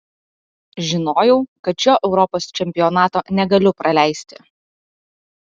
žinojau kad šio europos čempionato negaliu praleisti